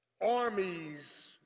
armies